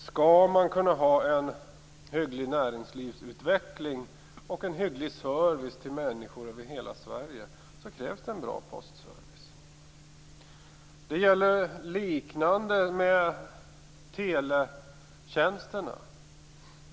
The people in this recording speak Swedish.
Skall man kunna ha en hygglig näringslivsutveckling och en hygglig service till människor i hela Sverige krävs det en bra postservice. Detsamma gäller för teletjänsterna.